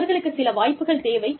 அவர்களுக்கு சில வாய்ப்புகள் தேவை